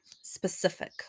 specific